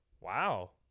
Wow